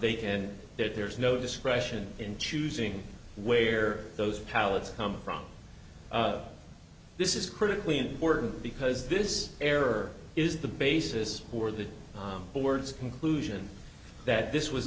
they can and there's no discretion in choosing where those pallets come from this is critically important because this error is the basis for the board's conclusion that this was